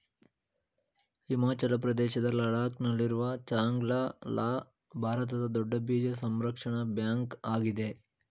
ಹಿಮಾಚಲ ಪ್ರದೇಶದ ಲಡಾಕ್ ನಲ್ಲಿರುವ ಚಾಂಗ್ಲ ಲಾ ಭಾರತದ ದೊಡ್ಡ ಬೀಜ ಸಂರಕ್ಷಣಾ ಬ್ಯಾಂಕ್ ಆಗಿದೆ